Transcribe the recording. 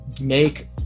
make